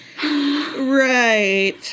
Right